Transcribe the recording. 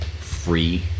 free